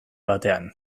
batean